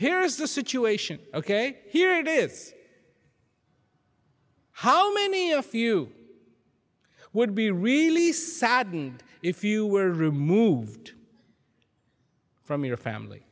here's the situation ok here it is how many a few would be really saddened if you were removed from your family